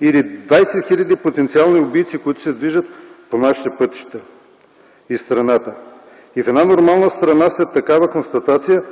или 20 хил. потенциални убийци, които се движат по нашите пътища из страната. В една нормална страна след такава констатация,